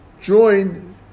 join